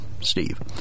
Steve